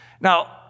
Now